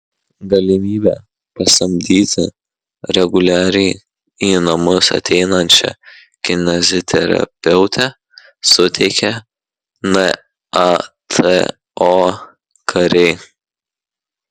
galimybę pasamdyti reguliariai į namus ateinančią kineziterapeutę suteikė nato kariai